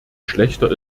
schlechter